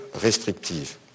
restrictives